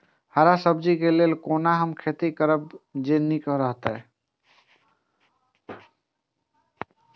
हरा सब्जी के लेल कोना हम खेती करब जे नीक रहैत?